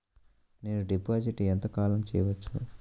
నేను డిపాజిట్ ఎంత కాలం చెయ్యవచ్చు?